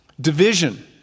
Division